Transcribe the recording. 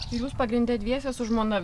jūs pagrinde dviese su žmona